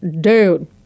dude